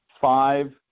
five